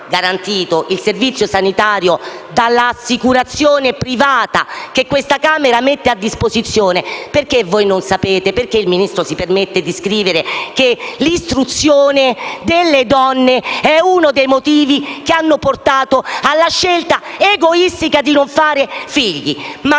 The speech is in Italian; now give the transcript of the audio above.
sanitario le è garantito dall'assicurazione privata che la Camera mette a disposizione. Perché voi non sapete? Perché il Ministro si permette di scrivere che l'istruzione delle donne è uno dei motivi che ha portato alla scelta egoistica di non fare figli? Ma